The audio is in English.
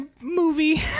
movie